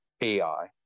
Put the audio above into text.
AI